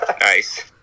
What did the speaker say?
Nice